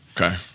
Okay